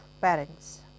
parents